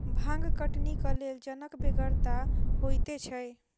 भांग कटनीक लेल जनक बेगरता होइते छै